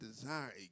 desire